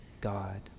God